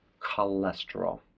cholesterol